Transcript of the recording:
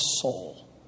soul